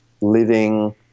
living